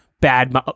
bad